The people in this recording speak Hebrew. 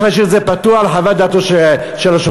להשאיר את זה פתוח לחוות דעתו של השופט.